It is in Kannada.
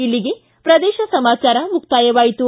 ಇಲ್ಲಿಗೆ ಪ್ರದೇಶ ಸಮಾಚಾರ ಮುಕ್ತಾಯವಾಯಿತು